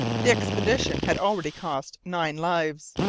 the expedition had already cost nine lives.